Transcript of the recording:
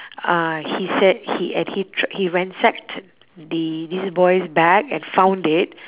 uh he said he and he tr~ he ransacked the this boy's bag and found it